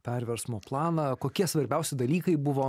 perversmo planą kokie svarbiausi dalykai buvo